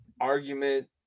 argument